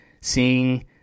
seeing